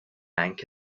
bank